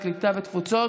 הקליטה והתפוצות,